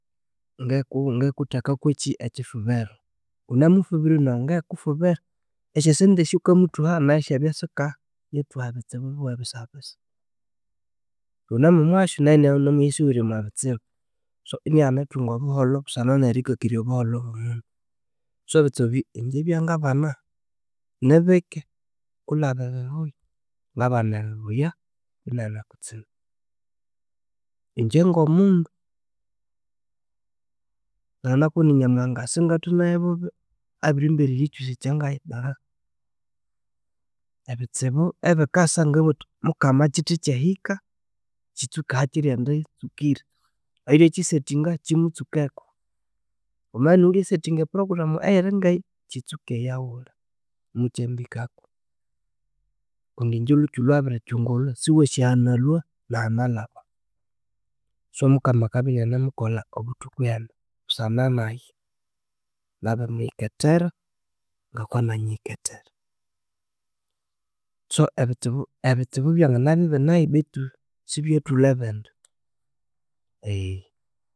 ngikutheka kwekyi ekyifuviro wunamufuvira oyo nayi ngikufuvira esyasente syowukamuthuha nasyosyaba sikamuthuha ebitsimu biwebisabisa wunemumuhasyo nayo inaniwusiwerya omwa bitsibu so inaghana erithunga obuholho busana nerikakirya obuholhobuno. So ebitsibu ingye ebyangabana nibike kulhaba ebibuya, ngabana bibuya binene kutsibu ingye ngomundu nangana kubwira indi nyamuhanga singawithe nayo bubi abirimbererya kyosi ekyangayidagha. Ebitsibu ebikasa ngabuthi mukama kyithikyahika kyitsuka ahakyirendi tsukira, oyulyakisethinga kyimutsukeko. Wumabya iniwe wulya setting a program eyiringeyo kitsuke eyawuli imukyambikako kundi ingye olhukyu lhwabirikyingulwa siwasi ahanalhwa nahanalhaba. So mukama akabya inanemukolha obuthuku hembe busana nayi nabirimuyikethera ngokwananyiyikethere. So ebitsibu ebitsibu byanganabya ibinenyo bethu sibyothulha bindi